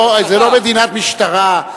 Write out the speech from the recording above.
זה לא מדינת משטרה.